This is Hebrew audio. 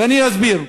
ואני אסביר: